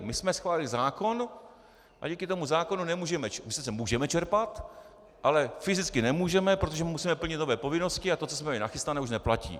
My jsme schválili zákon a díky tomu zákonu nemůžeme my sice můžeme čerpat, ale fyzicky nemůžeme, protože musíme plnit nové povinnosti a to, co jsme měli nachystáno, už neplatí.